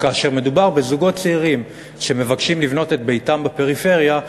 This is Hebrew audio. וכאשר מדובר בזוגות צעירים שמבקשים לבנות את ביתם בפריפריה,